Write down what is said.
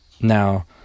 now